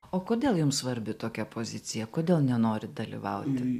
o kodėl jums svarbi tokia pozicija kodėl nenorit dalyvauti